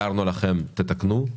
הערנו לכם ותתקנו.